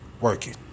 working